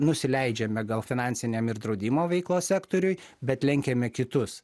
nusileidžiame gal finansiniam ir draudimo veiklos sektoriui bet lenkiame kitus